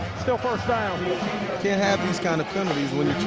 still first down. you can't have these kind of penalties when